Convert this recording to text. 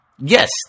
Yes